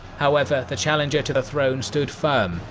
however, the challenger to the throne stood firm,